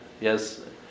yes